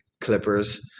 Clippers